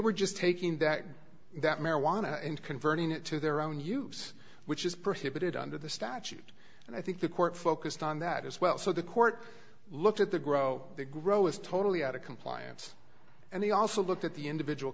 were just taking that that marijuana and converting it to their own use which is prohibited under the statute and i think the court focused on that as well so the court looked at the grow they grow is totally out of compliance and they also looked at the individual